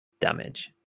damage